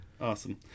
awesome